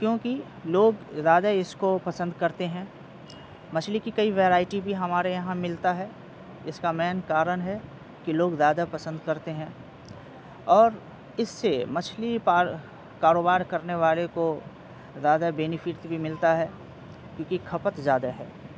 کیونکہ لوگ زیادہ اس کو پسند کرتے ہیں مچھلی کی کئی ورائٹی بھی ہمارے یہاں ملتا ہے اس کا مین کارن ہے کہ لوگ زیادہ پسند کرتے ہیں اور اس سے مچھلی پار کاروبار کرنے والے کو زیادہ بینیفٹ بھی ملتا ہے کیونکہ کھپت زیادہ ہے